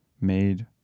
made